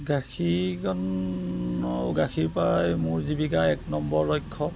গাখীৰকণ গাখীৰৰ পৰাই মোৰ জীৱিকা এক নম্বৰ লক্ষ্য